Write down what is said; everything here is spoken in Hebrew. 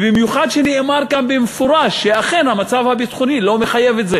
במיוחד שנאמר כאן במפורש שאכן המצב הביטחוני לא מחייב את זה.